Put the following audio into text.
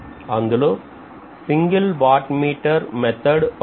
అందులో single watt meter పద్ధతి ఒకటి